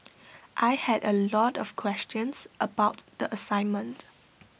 I had A lot of questions about the assignment